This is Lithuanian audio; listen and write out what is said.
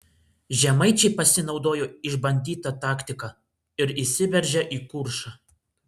žemaičiai pasinaudojo išbandyta taktika ir įsiveržė į kuršą